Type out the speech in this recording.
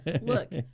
Look